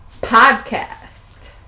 Podcast